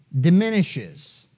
diminishes